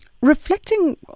Reflecting